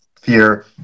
fear